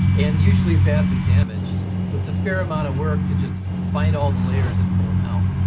and usually badly damaged. so it's a fair amount of work to just find all the layers and pull them out.